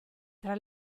tra